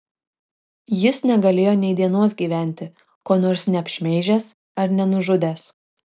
jis negalėjo nei dienos gyventi ko nors neapšmeižęs ar nenužudęs